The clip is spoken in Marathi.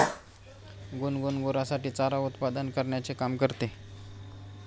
गुनगुन गुरांसाठी चारा उत्पादन करण्याचे काम करते